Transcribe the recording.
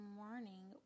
morning